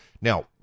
Now